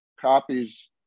copies